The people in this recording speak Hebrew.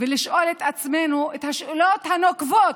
ולשאול את עצמנו את השאלות הנוקבות.